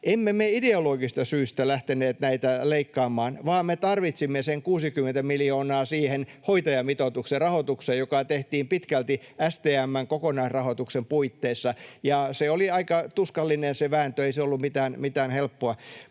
emme me ideologisista syistä lähteneet näitä leikkaamaan, vaan me tarvitsimme sen 60 miljoonaa siihen hoitajamitoituksen rahoitukseen, joka tehtiin pitkälti STM:n kokonaisrahoituksen puitteissa, ja oli aika tuskallinen se vääntö, ei se ollut mitään helppoa.